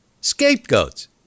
Scapegoats